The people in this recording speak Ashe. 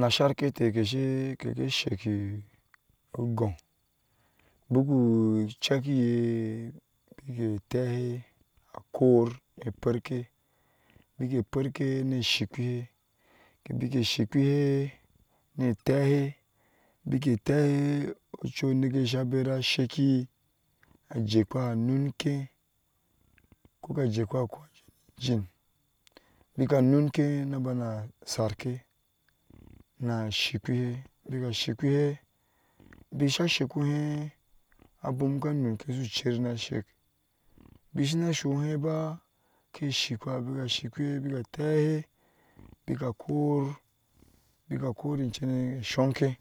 Nasaretɛɛ ke sheku ogou buku cheki yɛ nutehɛ akor nuparke beke parka ni shikpehe ke beke shikpehɛ ni tehɛ beke tekɛ ochinoke sa bera sheke ajekwa nukɛ ko ka jekwa gouke ni ginɛ beka nukɛ na bana sarke na shi kpihɛ beka shikpihɛ bekasa saiko hɛe abun ka nukɛn su cher nabana shik beka shina sohɛn ba ke shikwa beka shi kpihɛ na tɛɛhe beka kor beka kor chain a soŋ ken